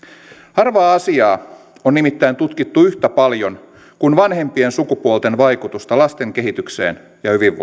harvaa asiaa on nimittäin tutkittu yhtä paljon kuin vanhempien sukupuolten vaikutusta lasten kehitykseen ja hyvinvointiin